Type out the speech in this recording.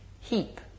heap